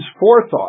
forethought